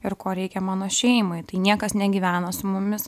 ir ko reikia mano šeimai tai niekas negyvena su mumis